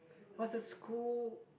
what's the school